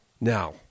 Now